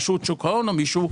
רשות שוק ההון או מישהו,